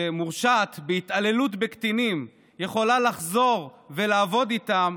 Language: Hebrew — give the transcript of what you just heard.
שמורשעת בהתעללות בקטינים יכולה לחזור ולעבוד איתם,